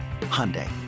Hyundai